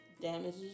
damages